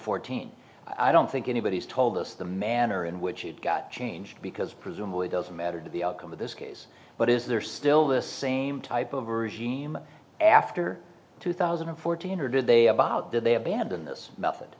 fourteen i don't think anybody has told us the manner in which it got changed because presumably doesn't matter to the outcome of this case but is there still the same type of regime after two thousand and fourteen or did they about did they abandon this method